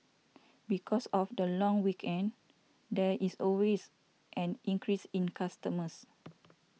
because of the long weekend there is always an increase in customers